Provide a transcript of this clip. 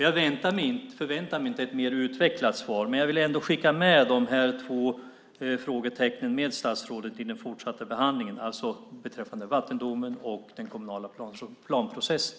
Jag förväntar mig inte ett mer utvecklat svar, men jag vill ändå skicka med statsrådet de här två frågetecknen i den fortsatta behandlingen. De gäller alltså vattendomen och den kommunala planprocessen.